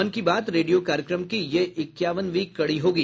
मन की बात रेडियो कार्यक्रम की यह इक्यावनवीं कड़ी होगी